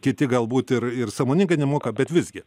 kiti galbūt ir ir sąmoningai nemoka bet visgi